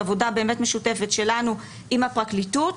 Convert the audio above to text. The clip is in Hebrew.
עבודה באמת משותפת שלנו עם הפרקליטות,